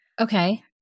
Okay